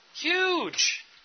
Huge